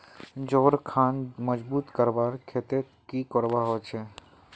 जोड़ खान मजबूत करवार केते की करवा होचए?